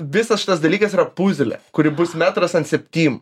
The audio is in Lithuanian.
visas šitas dalykas yra puzlė kuri bus metras septym